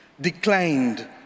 declined